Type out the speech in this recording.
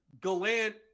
Gallant